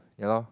ya lor